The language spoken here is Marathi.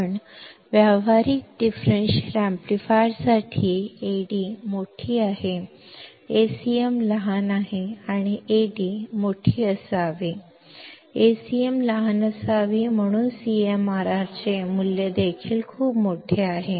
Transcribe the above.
पण व्यावहारिक डिफरेंशियल एम्पलीफायर साठी Ad मोठी आहे Acm लहान आहे आणि Ad मोठी असावी Acm लहान असावी म्हणून CMRR चे मूल्य देखील खूप मोठे आहे